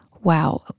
wow